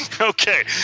Okay